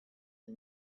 the